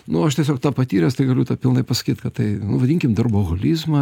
nu aš tiesiog tą patyręs tai galiu tą pilnai pasakyt kad tai nu vadinkim darboholizma